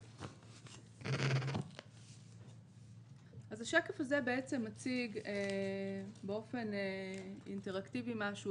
השקף הזה מציג באופן אינטראקטיבי-משהו